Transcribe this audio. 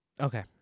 Okay